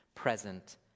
present